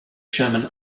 sherman